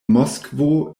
moskvo